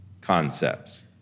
concepts